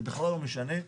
זה בכלל לא משנה.